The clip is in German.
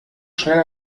schnell